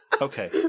Okay